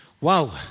Wow